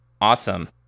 awesome